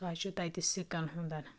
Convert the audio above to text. سُہ حظ چھِ تَتہِ سِکَن ہُنٛد